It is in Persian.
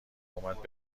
قومت